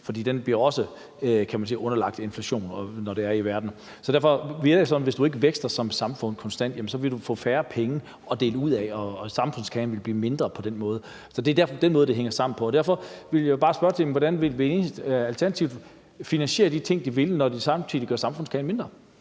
fordi den også bliver underlagt inflation, når der er inflation i verden. Så derfor virker det på den måde, at hvis samfundet ikke vækster konstant, vil det få færre penge at dele ud af, og samfundskagen vil blive mindre på den måde. Det er den måde, det hænger sammen på. Derfor vil jeg bare spørge om, hvordan Alternativet vil finansiere de ting, de vil, når de samtidig gør samfundskagen mindre.